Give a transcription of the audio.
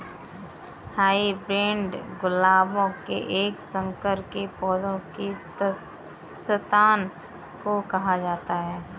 hybrid गुलाबों के एक संकर के पौधों की संतान को कहा जाता है